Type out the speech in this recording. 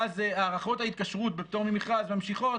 ואז הארכות ההתקשרות בפטור ממכרז ממשיכות